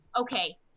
okay